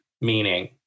meaning